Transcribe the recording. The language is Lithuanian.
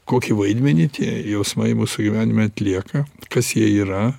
kokį vaidmenį tie jausmai mūsų gyvenime atlieka kas jie yra